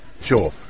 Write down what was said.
Sure